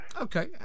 Okay